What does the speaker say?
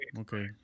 okay